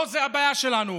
לא זאת הבעיה שלנו.